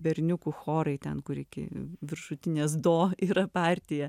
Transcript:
berniukų chorai ten kur iki viršutinės do yra partija